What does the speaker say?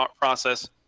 process